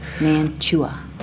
Mantua